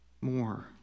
more